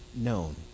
known